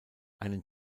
einen